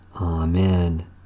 Amen